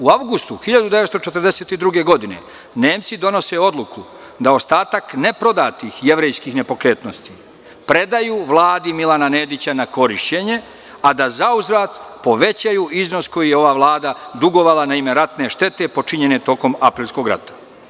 U avgustu 1942. godine Nemci donose odluku da ostatak neprodatih jevrejskih nepokretnosti predaju Vladi Milana Nedića na korišćenje, a da zauzvrat povećaju iznos koji je ova Vlada dugovala na ime ratne štete počinjene tokom Aprilskog rata.